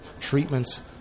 treatments